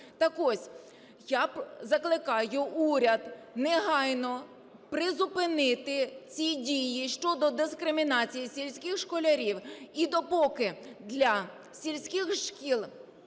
Так ось, я закликаю уряд негайно призупинити ці дії щодо дискримінації сільських школярів. І допоки для сільських шкіл